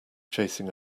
chasing